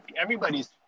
Everybody's